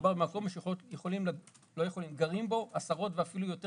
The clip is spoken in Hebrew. מדובר במקום שגרים בו עשרות ואפילו יותר